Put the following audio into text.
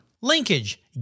Linkage